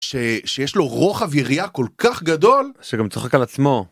שיש לו רוחב יריעה כל כך גדול שגם צוחק על עצמו.